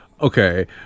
okay